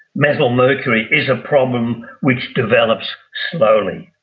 methylmercury is a problem which develops slowly,